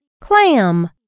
Clam